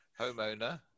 homeowner